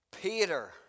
Peter